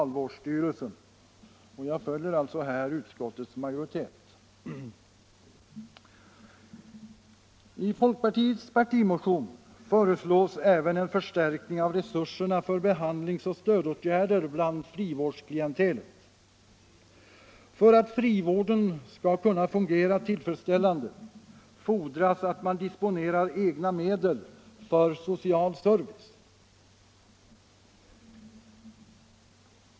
Jag ansluter mig alltså på denna punkt till utskottets majoritet. I folkpartiets partimotion föreslås även en förstärkning av resurserna för behandlingsoch stödåtgärder bland frivårdsklientelet. För att frivården skall kunna fungera tillfredsställande fordras att man disponerar egna medel för social service.